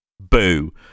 Boo